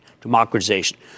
democratization